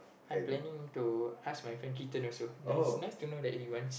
I planning to ask my friend kitten also ya it's nice to know that he wants